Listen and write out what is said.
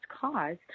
cause